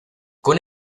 con